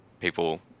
people